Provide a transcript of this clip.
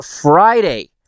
Friday